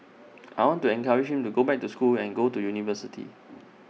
I want to encourage him to go back to school and go to university